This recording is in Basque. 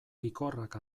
pikorrak